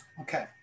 Okay